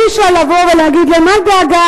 אי-אפשר לבוא ולהגיד להם: אל דאגה,